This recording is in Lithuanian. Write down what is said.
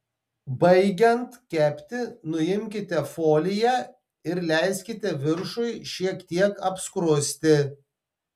baigiant kepti nuimkite foliją ir leiskite viršui šiek tiek apskrusti